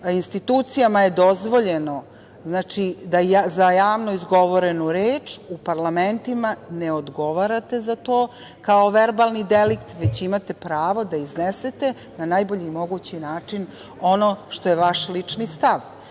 institucijama je dozvoljeno za javno izgovorenu reč u parlamentima ne odgovarate za to kao verbalni delikt, već imate pravo da iznesete na najbolji mogući način ono što je vaš lični stav. Prema